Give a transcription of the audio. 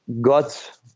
got